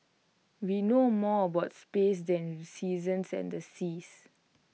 we know more about space than seasons and the seas